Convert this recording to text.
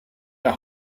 der